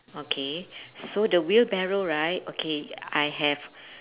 okay so the wheelbarrow right okay I have